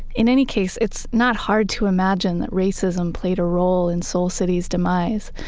in any case, it's not hard to imagine that racism played a role in soul city's demise.